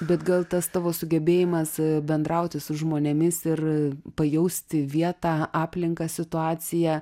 bet gal tas tavo sugebėjimas bendrauti su žmonėmis ir pajausti vietą aplinką situaciją